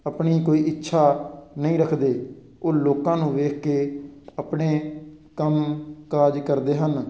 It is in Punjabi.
ਆਪਣੀ ਕੋਈ ਇੱਛਾ ਨਹੀਂ ਰੱਖਦੇ ਉਹ ਲੋਕਾਂ ਨੂੰ ਵੇਖ ਕੇ ਆਪਣੇ ਕੰਮ ਕਾਜ ਕਰਦੇ ਹਨ